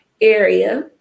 area